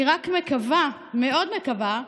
אני רק מקווה, מאוד מקווה,